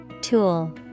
Tool